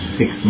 six